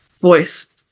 voice